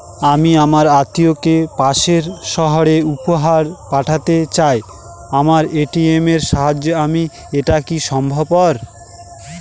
আমি আমার আত্মিয়কে পাশের সহরে উপহার পাঠাতে চাই আমার এ.টি.এম এর সাহায্যে এটাকি সম্ভবপর?